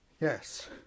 Yes